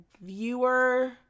viewer